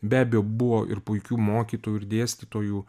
be abejo buvo ir puikių mokytojų ir dėstytojų